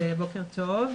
בוקר טוב.